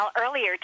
earlier